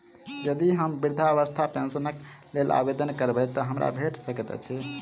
यदि हम वृद्धावस्था पेंशनक लेल आवेदन करबै तऽ हमरा भेट सकैत अछि?